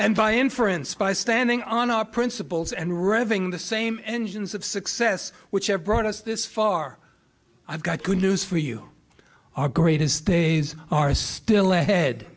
and by inference by standing on our principles and revving the same engines of success which have brought us this far i've got good news for you our greatest days are still ahead